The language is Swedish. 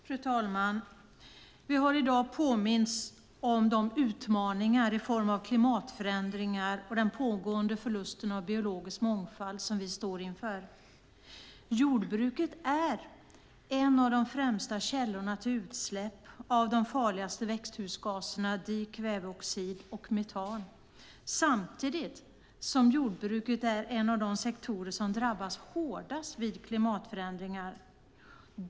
Fru talman! Vi har i dag påmints om de utmaningar i form av klimatförändringar och den pågående förlusten av biologisk mångfald som vi står inför. Jordbruket är en av de främsta källorna till utsläpp av de farligaste växthusgaserna dikväveoxid och metan, samtidigt som jordbruket är en av de sektorer som drabbas hårdast vid klimatförändringarna.